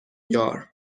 یار